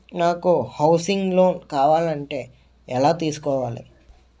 నాకు housing loan కావాలంటే ఎలా తీసుకోవాలి?